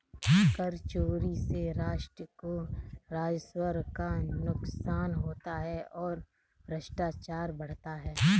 कर चोरी से राष्ट्र को राजस्व का नुकसान होता है और भ्रष्टाचार बढ़ता है